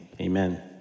Amen